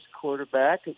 quarterback